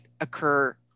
occur